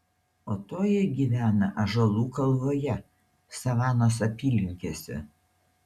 o toji gyvena ąžuolų kalvoje savanos apylinkėse